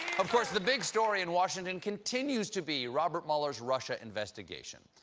of course, the big story in washington continues to be robert mueller's russia investigation,